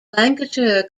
lancashire